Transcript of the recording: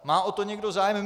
Má o to někdo zájem?